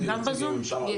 אני